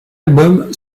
album